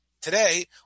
Today